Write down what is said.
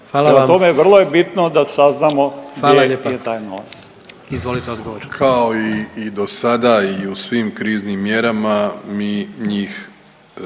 tome vrlo je bitno da saznamo gdje je taj novac.